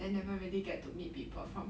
then never really get to meet people from